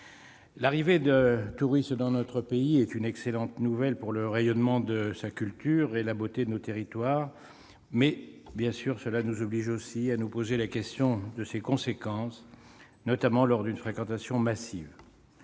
L'arrivée de touristes dans notre pays est une excellente nouvelle pour le rayonnement de sa culture et la beauté de nos territoires. Toutefois, cela nous oblige à nous poser la question des conséquences de ce phénomène, notamment en cas de fréquentation massive.